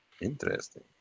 Interesting